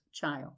child